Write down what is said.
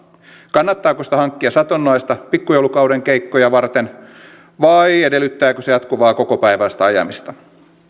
kannattaako sitä hankkia satunnaisia pikkujoulukauden keikkoja varten vai edellyttääkö se jatkuvaa kokopäiväistä ajamista